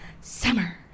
Summer